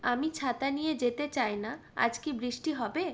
আমি ছাতা নিয়ে যেতে চাই না আজ কি বৃষ্টি হবে